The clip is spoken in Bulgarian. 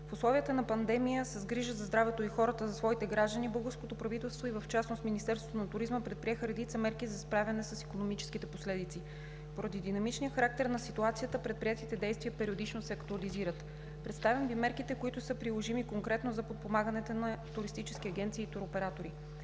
В условията на пандемия – с грижа за здравето на хората, на своите граждани, българското правителство и в частност Министерството на туризма предприеха редица мерки за справяне с икономическите последици, а поради динамичния характер на ситуацията предприетите действия периодично се актуализират. Представям Ви мерките, които са приложими конкретно за подпомагането на туристическите агенции и туроператори.